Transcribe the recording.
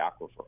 aquifer